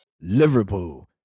Liverpool